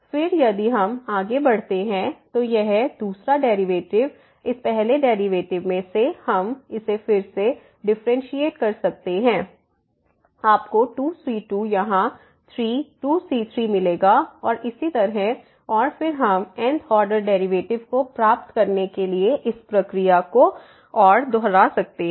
फिर यदि हम आगे बढ़ते हैं तो यह दूसरा डेरिवेटिव इस पहले डेरिवेटिव में से हम इसे फिर से डिफरेंशिएट कर सकते हैं आपको 2 c2 यहाँ 3⋅2c3 मिलेगा और इसी तरह और फिर हम n th ऑर्डर डेरिवेटिव को प्राप्त करने के लिए इस प्रक्रिया को और दोहरा सकते हैं